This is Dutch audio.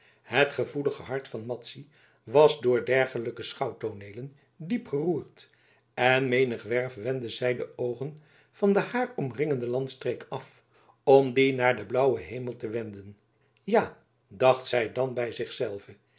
het gevoelige hart van madzy was door dergelijke schouwtooneelen diep geroerd en menigwerf wendde zij de oogen van de haar omringende landstreek af om die naar den blauwen hemel te wenden ja dacht zij dan bij